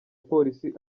polisi